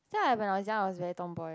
think I when I was young I was very tomboy